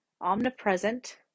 omnipresent